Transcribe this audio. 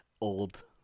old